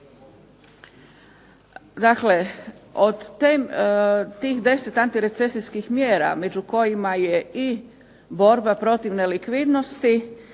Dakle, od tih 10 antirecesijskih mjera među kojima je i borba protiv nelikvidnosti